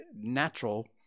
natural